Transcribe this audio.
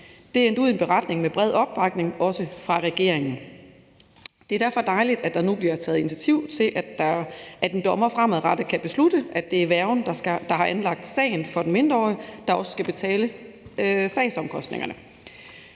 Det endte ud i en beretning med bred opbakning, også fra regeringen. Det er derfor dejligt, at der nu bliver taget initiativ til, at en dommer fremadrettet kan beslutte, at det er værgen, som har anlagt sagen for den mindreårige, der også skal betale sagsomkostningerne.